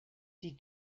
die